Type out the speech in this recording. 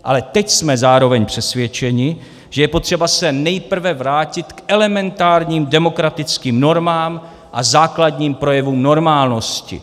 Ale teď jsme zároveň přesvědčeni, že je potřeba se nejprve vrátit k elementárním demokratickým normám a základním projevům normálnosti.